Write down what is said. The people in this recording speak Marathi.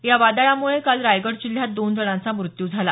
या वादळामुळे काल रायगड जिल्ह्यात दोन जणांचा मृत्यू झाला